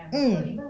mm